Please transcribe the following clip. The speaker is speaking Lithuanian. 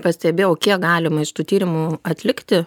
pastebėjau kiek galima iš tų tyrimų atlikti